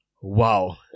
Wow